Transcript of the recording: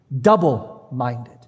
double-minded